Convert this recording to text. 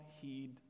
heed